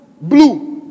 blue